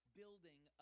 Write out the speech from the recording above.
building